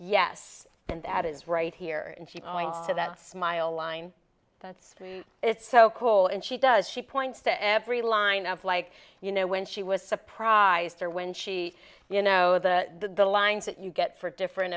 yes and that is right here and she points to that smile line that's it's so cool and she does she points to every line of like you know when she was surprised or when she you know the the lines that you get for different